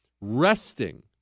resting